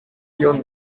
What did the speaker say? kiun